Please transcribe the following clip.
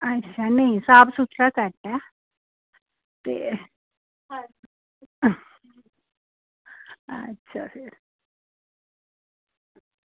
नेईं साफ सूथरा करदा ते अच्छा फिर